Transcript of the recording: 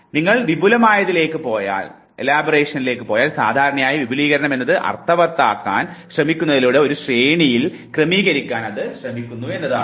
നിങ്ങൾ വിപുലമായതിലേക്ക് പോയാൽ സാധാരണയായി വിപുലീകരണമെന്നത് അർഥവത്താക്കാൻ ശ്രമിക്കുന്നതിലൂടെ ഒരു ശ്രേണിയിൽ ക്രമീകരിക്കാൻ അത് ശ്രമിക്കുന്നു എന്നതാകുന്നു